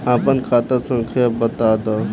आपन खाता संख्या बताद